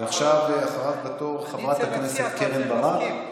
ועכשיו, הבאה בתור, חברת הכנסת קרן ברק,